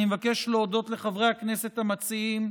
אני מבקש להודות לחברי הכנסת המציעים,